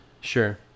Sure